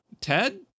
Ted